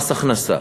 מס הכנסה,